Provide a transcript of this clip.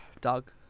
Doug